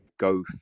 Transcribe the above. go